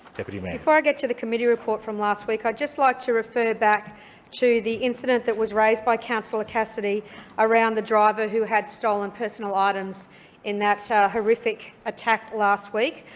deputy mayor before i get to the committee report from last week, i'd just like to refer back to the incident that was raised by councillor cassidy around the driver who had stolen personal items in that horrific attack last week.